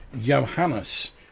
Johannes